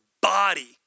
body